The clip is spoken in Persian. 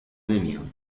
نمیان